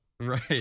right